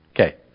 Okay